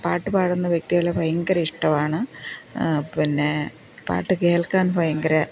പാട്ട് പാടുന്ന വ്യക്തികളെ ഭയങ്കര ഇഷ്ടമാണ് പിന്നെ പാട്ട് കേൾക്കാൻ ഭയങ്കര